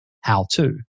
how-to